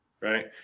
right